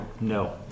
No